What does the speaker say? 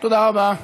תודה רבה.